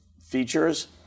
features